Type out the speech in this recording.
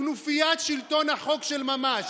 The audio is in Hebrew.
כנופיית שלטון החוק של ממש,